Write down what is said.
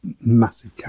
massive